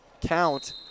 count